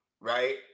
right